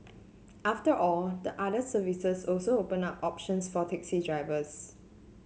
after all the other services also open up options for taxi drivers